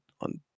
on